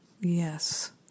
Yes